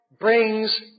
brings